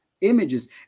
Images